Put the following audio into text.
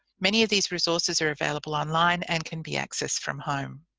many of these resources are available online and can be accessed from home.